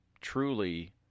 truly